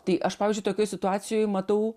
tai aš pavyzdžiui tokioj situacijoj matau